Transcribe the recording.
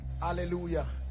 Hallelujah